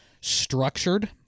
structured